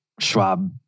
Schwab